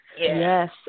Yes